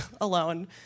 alone